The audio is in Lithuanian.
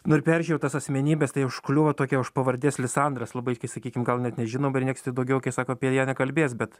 nu ir peržiūrėjau tas asmenybes tai užkliuvo tokia už pavardės lisandras labai kai sakykim gal net nežinom ir nieks daugiau kai sako apie ją nekalbės bet